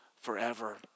forever